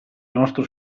nostro